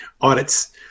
audits